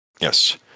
Yes